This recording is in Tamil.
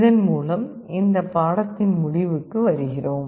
இதன் மூலம் இந்த பாடத்தின் முடிவுக்கு வருகிறோம்